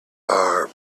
our